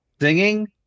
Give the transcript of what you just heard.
singing